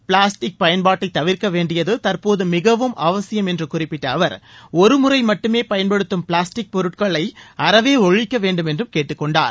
plastic பயன்பாட்டை தவிர்க்க வேண்டியது தற்போது மிகவும் அவசியம் என்று குறிப்பிட்ட அவர் ஒருமுறை மட்டுமே பயன்படுத்தும் பிளாஸ்டிக் பொருட்களை அறவே ஒழிக்க வேண்டும் என்றும் கேட்டுக் கொண்டார்